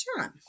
John